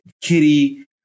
kitty